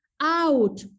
out